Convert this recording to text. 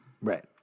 Right